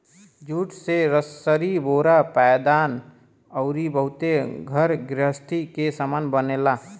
jute से रसरी बोरा पायदान अउरी बहुते घर गृहस्ती के सामान बनेला